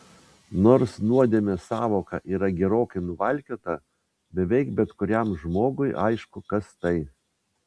nors nuodėmės sąvoka yra gerokai nuvalkiota beveik bet kuriam žmogui aišku kas tai